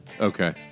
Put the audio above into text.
Okay